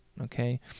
okay